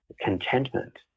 contentment